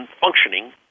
functioning